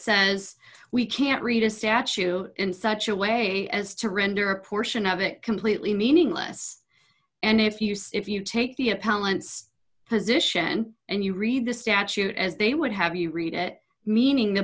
says we can't read a statue in such a way as to render a portion of it completely meaningless and if you say if you take the appellant's position and you read the statute as they would have you read it meaning the